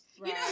Right